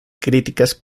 críticas